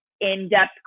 in-depth